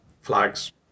Flags